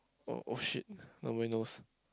oh oh shit nobody knows